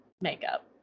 Makeup